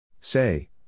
Say